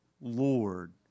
Lord